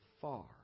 far